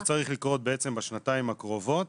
כל מה שצריך לקרות בשנתיים הקרובות